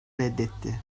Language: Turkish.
reddetti